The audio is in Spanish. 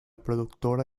productora